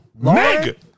nigga